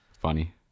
Funny